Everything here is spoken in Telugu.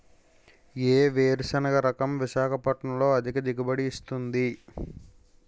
ఏ వేరుసెనగ రకం విశాఖపట్నం లో అధిక దిగుబడి ఇస్తుంది?